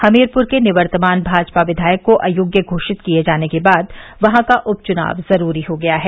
हमीरपुर के निवर्तमान भाजपा विधायक को अयोग्य घोषित किए जाने के बाद वहां का उपचुनाव जरूरी हो गया है